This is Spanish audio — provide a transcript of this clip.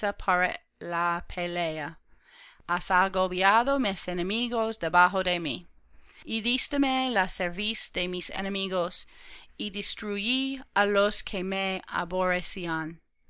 la pelea has agobiado mis enemigos debajo de mí y dísteme la cerviz de mis enemigos y destruí á los que me aborrecían